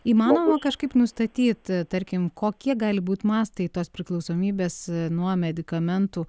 įmanoma kažkaip nustatyt tarkim kokie gal būt mastai tos priklausomybės nuo medikamentų